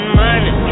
money